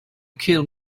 kill